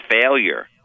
failure